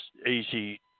easy